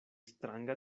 stranga